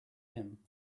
him